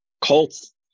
Cults